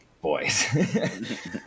boys